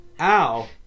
Ow